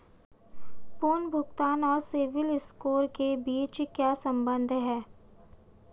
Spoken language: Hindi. पुनर्भुगतान और सिबिल स्कोर के बीच क्या संबंध है?